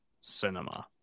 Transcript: Cinema